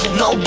no